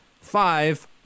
Five